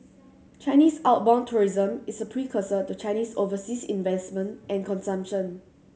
Chinese outbound tourism is a precursor to Chinese overseas investment and consumption